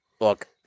Look